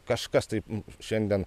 kažkas taip šiandien